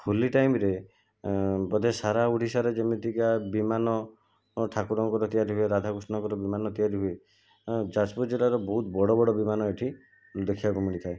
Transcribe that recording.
ହୋଲି ଟାଇମରେ ବୋଧେ ସାରା ଓଡ଼ିଶାରେ ଯେମିତିକା ବିମାନ ଠାକୁରଙ୍କର ତିଆରି ହୁଏ ରାଧାକୃଷ୍ଣଙ୍କର ବିମାନ ତିଆରି ହୁଏ ଯାଜପୁର ଜିଲ୍ଲାର ବହୁତ ବଡ଼ ବଡ଼ ବିମାନ ଏଠି ଦେଖିବାକୁ ମିଳିଥାଏ